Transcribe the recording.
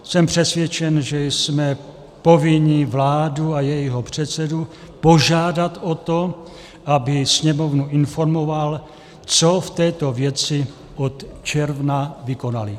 Jsem přesvědčen, že jsme povinni vládu a jejího předsedu požádat o to, aby Sněmovnu informoval, co v této věci od června vykonali.